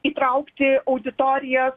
įtraukti auditoriją